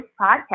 podcast